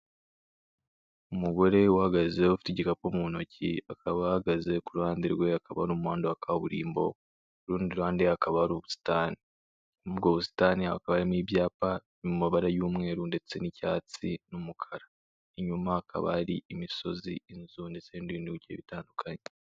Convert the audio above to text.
Umugore uhagaze ufite igikapu mu ntoki, akaba ahagaze ku ruhande rwe akabona umuhandando wa kaburimbo rundi ruhande akaba ari ubusitani ubwo busitani hakaba harimo ibyapa mu mabara y'umweru, ndetse n'icyatsi n'umukara inyuma hakaba hari imisozi inzu n'izindiri n'ibice bitandukanye.